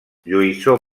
lluïssor